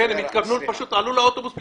כן, הם עלו לאוטובוס מבלי לשלם.